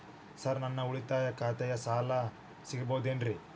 Sir ನನ್ನ ಉಳಿತಾಯ ಖಾತೆಯ ಸಾಲ ಸಿಗಬಹುದೇನ್ರಿ?